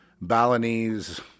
Balinese